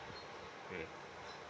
mm